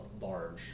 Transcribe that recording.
large